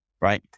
right